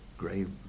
grave